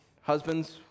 husbands